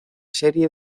serie